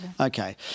okay